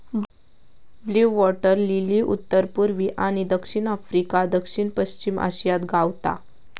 blue water lily उत्तर पुर्वी आणि दक्षिण आफ्रिका, दक्षिण पश्चिम आशियात गावता